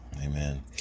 Amen